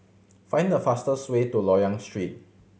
find the fastest way to Loyang Street